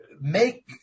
make